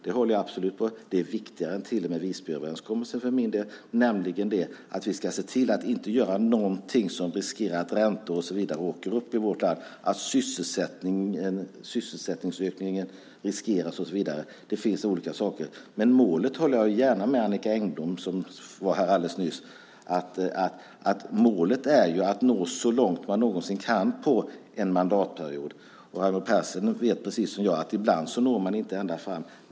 Det är till och med viktigare än Visbyöverenskommelsen för min del. Vi ska nämligen se till att inte göra någonting som riskerar att räntor och annat åker upp i vårt land, att sysselsättningsökningen riskeras. Det finns olika saker. Jag håller gärna med Annicka Engblom, som var uppe här alldeles nyss, om att målet är att nå så långt man någonsin kan på en mandatperiod. Raimo Pärssinen vet, precis som jag, att ibland når man inte ända fram.